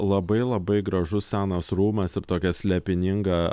labai labai gražus senas rūmas ir tokia slėpininga